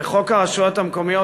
בחוק הרשויות המקומיות,